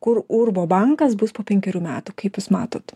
kur urbo bankas bus po penkerių metų kaip jūs matot